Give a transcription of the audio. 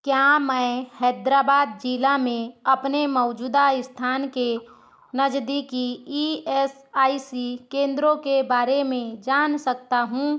क्या मैं हैदराबाद ज़िला में अपने मौजूदा स्थान के नज़दीकी ई एस आई सी केंद्रों के बारे में जान सकता हूँ